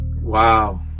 wow